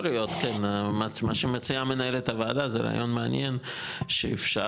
מה שמציעה מנהלת הוועדה זה רעיון מעניין שאפשר,